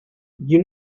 you